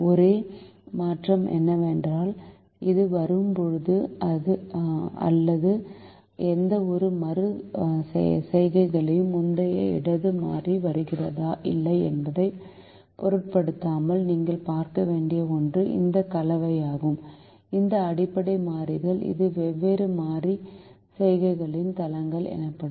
ஒரே மாற்றம் என்னவென்றால் அது வரும்போது அல்லது எந்தவொரு மறு செய்கையிலும் முந்தைய இடது மாறி வருகிறதா இல்லையா என்பதைப் பொருட்படுத்தாமல் நீங்கள் பார்க்க வேண்டிய ஒன்று இந்த கலவையாகும் இந்த அடிப்படை மாறிகள் இது வெவ்வேறு மறு செய்கைகளில் தளங்கள் எனப்படும்